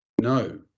no